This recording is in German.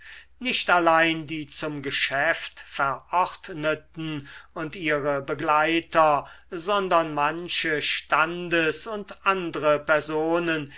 nicht allein die zum geschäft verordneten und ihre begleiter sondern manche standes und andre personen